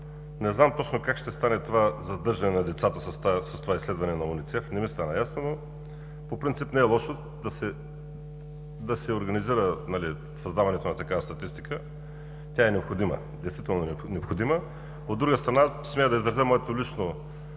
Не знам точно как ще стане задържането на децата с това изследване на УНИЦЕФ, не ми стана ясно, но по принцип не е лошо да се организира създаването на такава статистика. Тя действително е необходима. От друга страна, смея да изразя моето лично